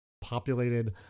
populated